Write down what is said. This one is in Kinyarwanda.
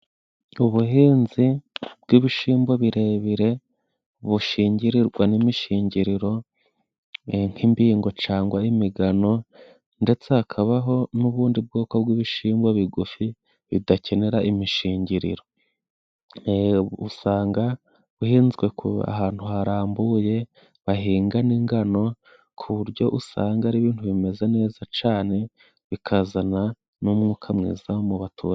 Ubuhinzi bw'ibishimbo birebire, bushingirirwa n'imishingiriro, nk'imbingo cangwa imigano, ndetse hakabaho n'ubundi bwoko bw'ibishimbo bigufi bidakenera imishingiriro. Usanga buhinzwe ahantu harambuye bahinga n'ingano, ku buryo usanga ari ibintu bimeze neza cane, bikazana n'umwuka mwiza mu baturage.